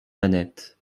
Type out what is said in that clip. nanette